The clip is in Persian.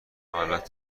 حالت